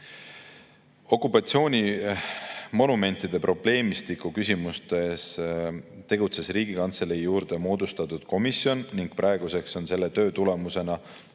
Okupatsioonimonumentide probleemistiku küsimustes tegutses Riigikantselei juurde moodustatud komisjon ning praeguseks on selle töö tulemusena